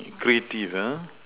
creative uh